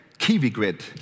KiwiGrid